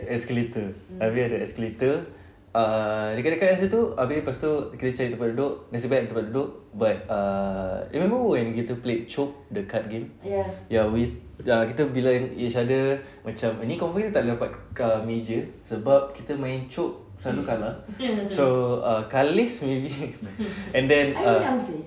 escalator abeh ada escalator ah dekat-dekat situ abeh pastu kita cari tempat duduk nasib baik ada tempat duduk but err remember when kita played chope the card game ya we kita bilang each other macam ni kau punya tak dapat kat meja sebab kita main chope selalu kalah so err khalis maybe